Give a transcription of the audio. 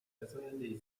فزاینده